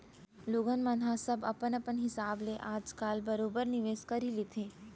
लोगन मन ह सब अपन अपन हिसाब ले आज काल बरोबर निवेस कर ही लेथे